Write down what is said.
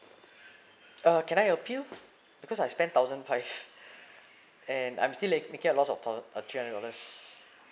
uh can I appeal because I spend thousand five and I'm still la~ making loss of thou~ uh three hundred dollars